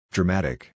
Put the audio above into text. Dramatic